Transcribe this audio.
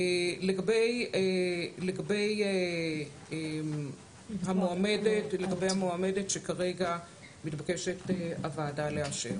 לגבי המועמדת שכרגע מתבקשת הוועדה לאשר.